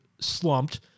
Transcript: slumped